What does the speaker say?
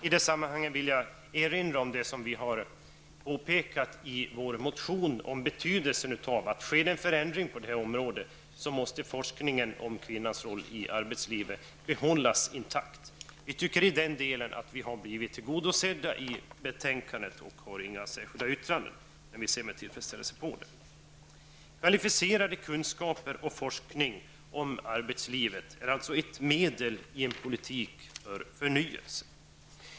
I det sammanhanget vill jag erinra om det som vi har påpekat i vår motion, nämligen betydelsen av att om det sker en förändring på det här området, måste forskningen om kvinnans roll i arbetslivet behållas intakt. Vi tycker att vi i den delen har blivit tillgodosedda i betänkandet och har inget särskilt yrkande utan ser med tillfredsställelse på vad utskottet har skrivit. Kvalificerade kunskaper och forskning om arbetslivet är alltså ett medel i en politik för förnyelse.